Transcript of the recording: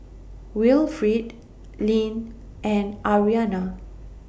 Wilfrid Lynn and Ariana